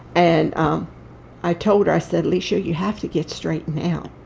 and um i told her i said, alicia, you have to get straightened out,